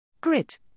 Grit